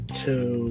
two